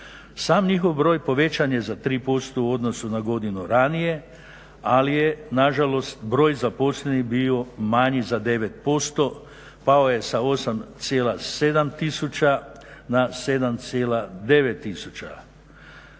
Sam njihov broj povećan je za 3% u odnosu na godinu ranije, ali je na žalost broj zaposlenih bio manji za 9%. Pao je sa 8,7 tisuća na 7,9 tisuća.